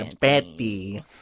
Betty